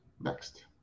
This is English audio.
Next